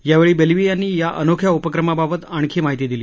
यावेळी बेल्वी यांनी या अनोख्या उपक्रमाबाबत आणखी माहिती दिली